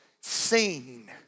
seen